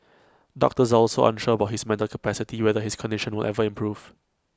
doctors are also unsure about his mental capacity whether his condition will ever improve